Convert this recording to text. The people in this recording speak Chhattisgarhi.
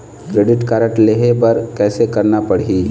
क्रेडिट कारड लेहे बर कैसे करना पड़ही?